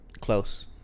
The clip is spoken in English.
close